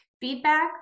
feedback